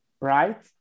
right